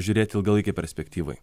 žiūrėti ilgalaikėj perspektyvoj